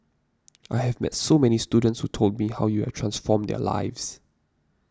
I have met so many students who told me how you have transformed their lives